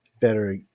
better